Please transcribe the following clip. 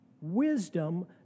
wisdom